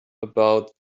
about